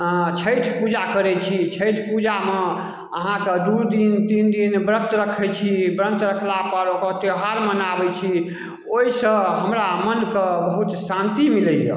अँ छठि पूजा करै छी छठि पूजामे अहाँके दुइ दिन तीन दिन व्रत रखै छी व्रत रखलापर ओकर त्योहार मनाबै छी ओहिसँ हमरा मोनके बहुत शान्ति मिलैए